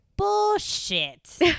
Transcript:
bullshit